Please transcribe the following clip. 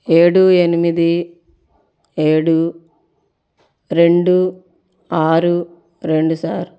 ఏడు ఎనిమిది ఏడు రెండు ఆరు రెండు సర్